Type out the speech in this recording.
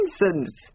Nonsense